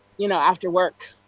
you know after work,